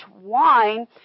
wine